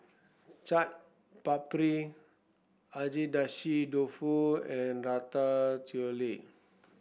Chaat Papri Agedashi Dofu and Ratatouille